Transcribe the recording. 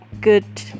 good